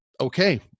Okay